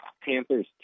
Panthers